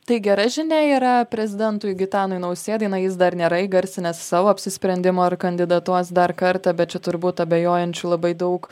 tai gera žinia yra prezidentui gitanui nausėdai na jis dar nėra įgarsinęs savo apsisprendimo ar kandidatuos dar kartą bet čia turbūt abejojančių labai daug